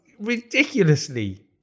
ridiculously